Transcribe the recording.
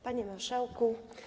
Panie Marszałku!